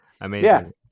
Amazing